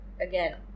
again